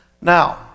Now